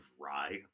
rye